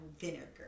vinegar